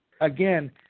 again